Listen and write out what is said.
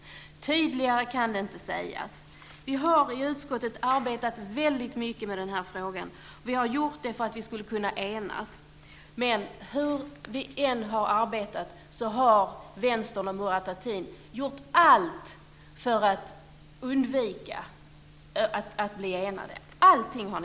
Tydligare kan det inte sägas. Vi har i utskottet arbetat väldigt mycket med den här frågan, och vi har gjort det för att vi skulle kunna enas. Men hur vi än har arbetat har Vänstern och Murad Artin gjort allt för att undvika att vi skulle bli eniga.